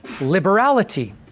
liberality